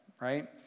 right